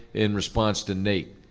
in response to nate.